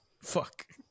Fuck